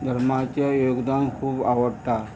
धर्माच्या योगदान खूब आवडटा